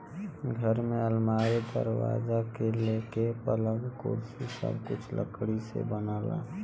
घर में अलमारी, दरवाजा से लेके पलंग, कुर्सी सब कुछ लकड़ी से बनला